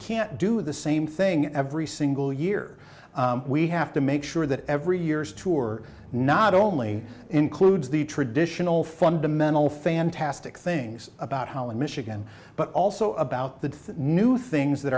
can't do the same thing every single year we have to make sure that every years tour not only includes the traditional fundamental fantastic things about holland michigan but also about the new things that